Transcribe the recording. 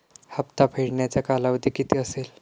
हप्ता फेडण्याचा कालावधी किती असेल?